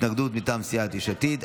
התנגדות מטעם סיעת יש עתיד,